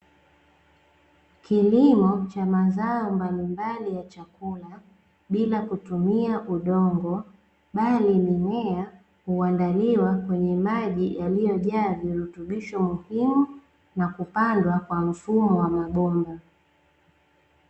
Kilimo cha mazao mbalimbali ya chakula bila kutumia udongo, bali mimea huandaliwa kwenye maji yaliyojaa virutubisho muhimu na kupandwa kwa mfumo wa mabomba. T